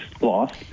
loss